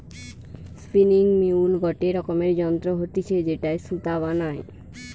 spinning mule গটে রকমের যন্ত্র হতিছে যেটায় সুতা বানায়